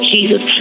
Jesus